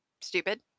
stupid